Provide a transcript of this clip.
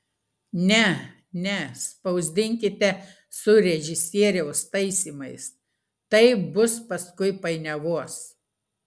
ne ne spausdinkite su režisieriaus taisymais taip bus paskui painiavos